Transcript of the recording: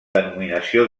denominació